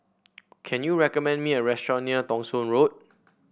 can you recommend me a restaurant near Thong Soon Road